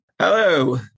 Hello